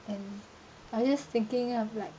and I just thinking of like